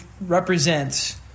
represents